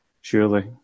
surely